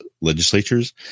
legislatures